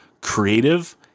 creative